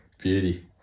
Beauty